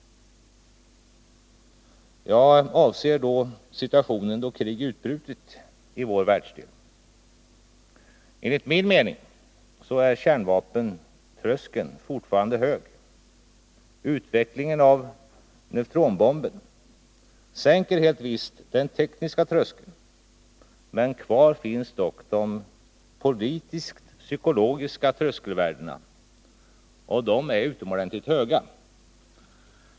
Jag avser en situation där krig utbrutit i vår världsdel. Enligt min mening är kärnvapentröskeln fortfarande hög. Utvecklingen av neutronbomber sänker helt visst den tekniska tröskeln, men kvar finns dock de politiskt-psykologiska tröskelvärdena, och de är utomordentligt höga.